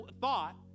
thought